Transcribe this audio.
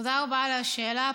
תודה רבה על השאלה.